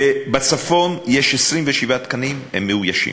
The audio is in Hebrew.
בצפון יש 27 תקנים, הם מאוישים.